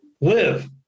Live